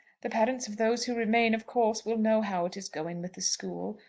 the parents of those who remain, of course, will know how it is going with the school.